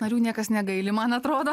narių niekas negaili man atrodo